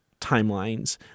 timelines